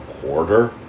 quarter